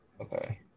Okay